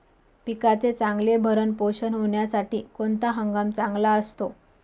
पिकाचे चांगले भरण पोषण होण्यासाठी कोणता हंगाम चांगला असतो?